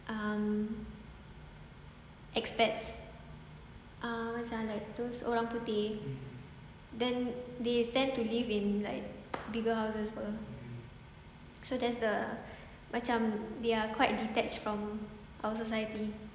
um expats ah macam those orang putih then they tend to live in like bigger houses [pe] so there's the macam they are quite detached from our society